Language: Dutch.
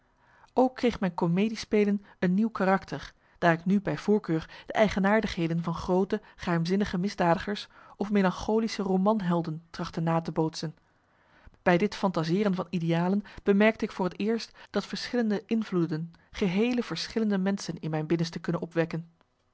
ook kreeg mijn comedie spelen een nieuw karakter daar ik nu bij voorkeur de eigenaardigheden van groote geheimzinninge misdadigers of melacholische romanhelden trachtte na te bootsen bij dit fantaseeren van idealen bemerkte ik voor t eerst dat verschillende invloeden geheele verschillende menschen in mijn binnenste kunnen opwekken